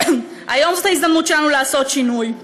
היום זאת ההזדמנות שלנו לעשות שינוי.